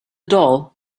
doll